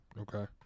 Okay